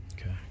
okay